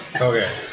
Okay